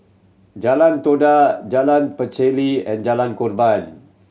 Jalan Todak Jalan Pacheli and Jalan Korban